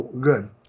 good